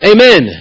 Amen